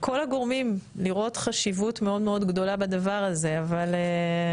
כל הגורמים, חשיבות מאוד מאוד גדולה בדבר זה.